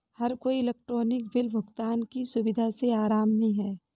हर कोई electronic bill भुगतान की सुविधा से आराम में है